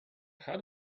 had